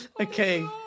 Okay